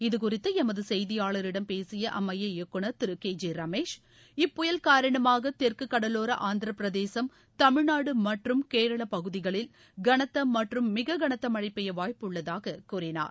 இதுகுறித்து எமது செய்தியாளிடம் பேசிய அம்மைய இயக்குநர் திரு கே ஜெ ரமேஷ் இப்புயல் காரணமாக தெற்கு கடலோர ஆந்திரப்பிரதேசம் தமிழ்நாடு மற்றும் கேரள பகுதிகளில் கனத்த மற்றும் மிக கனத்த மழை பெய்ய வாய்ப்பு உள்ளதாக கூறினார்